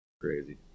Crazy